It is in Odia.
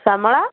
ସାମଳା